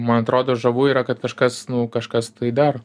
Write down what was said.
man atrodo žavu yra kad kažkas kažkas tai daro